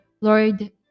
Lord